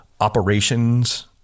operations